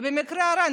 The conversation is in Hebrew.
ובמקרה הרע,